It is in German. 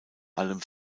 allem